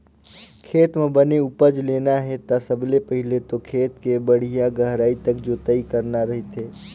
खेत म बने उपज लेना हे ता सबले पहिले तो खेत के बड़िहा गहराई तक जोतई करना रहिथे